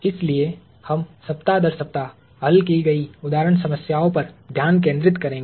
इसलिए हम सप्ताह दर सप्ताह हल की गई उदाहरण समस्याओं पर ध्यान केंद्रित करेंगे